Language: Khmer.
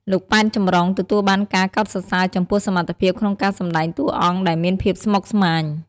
លោក ប៉ែន ចំរុង ទទួលបានការកោតសរសើរចំពោះសមត្ថភាពក្នុងការសម្ដែងតួអង្គដែលមានភាពស្មុគស្មាញ។